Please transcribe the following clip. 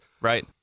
Right